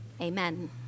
Amen